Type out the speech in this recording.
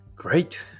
great